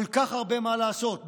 כל כך הרבה מה לעשות,